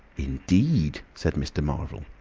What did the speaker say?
in-deed! said mr. marvel.